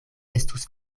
estus